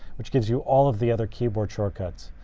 which gives you all of the other keyboard shortcuts.